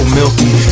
milky